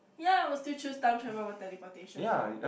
ya I will still choose time travel over teleportation though